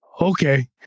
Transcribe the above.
okay